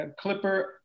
clipper